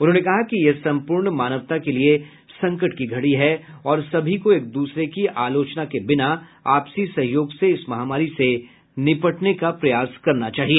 उन्होंने कहा कि यह सम्पूर्ण मानवता के लिए संकट की घड़ी है और सभी को एक द्रसरे की आलोचना के बिना आपसी सहयोग से इस महामारी से निपटने का प्रयास करना चाहिए